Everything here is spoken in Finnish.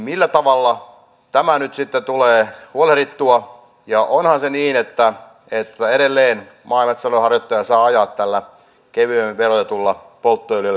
millä tavalla tämä nyt sitten tulee huolehdittua ja onhan niin että edelleen maa ja metsätalouden harjoittaja saa ajaa tällä kevyemmin verotetulla polttoöljyllä elikkä moottoripolttoöljyllä